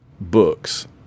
books